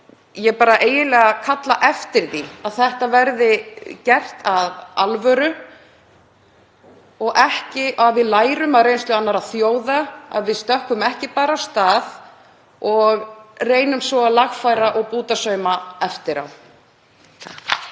ég kalla eiginlega bara eftir því að þetta verði gert af alvöru og við lærum af reynslu annarra þjóða, að við stökkvum ekki bara af stað og reynum svo að lagfæra og bútasauma eftir á.